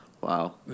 Wow